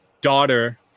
daughter